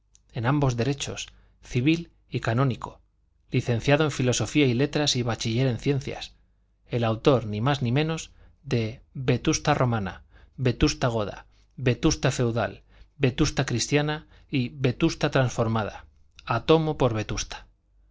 en ambos derechos civil y canónico licenciado en filosofía y letras y bachiller en ciencias el autor ni más ni menos de vetusta romana vetusta goda vetusta feudal vetusta cristiana y vetusta transformada a tomo por vetusta